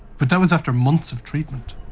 but that was after months of treatment.